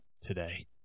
today